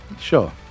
Sure